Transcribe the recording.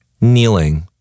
Kneeling